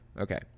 Okay